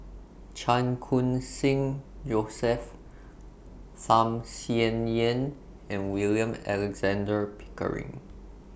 Chan Khun Sing Joseph Tham Sien Yen and William Alexander Pickering